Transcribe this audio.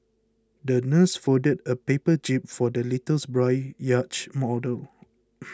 the nurse folded a paper jib for the little boy's yacht model